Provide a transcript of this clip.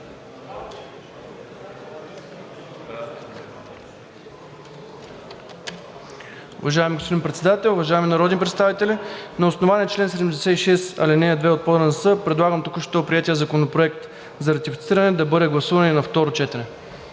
господин Председател, уважаеми народни представители! На основание чл. 76, ал. 2 от ПОДНС предлагам току-що приетият Законопроект за ратифициране да бъде гласуван и на второ четене.